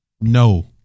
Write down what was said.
No